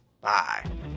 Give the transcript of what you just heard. Bye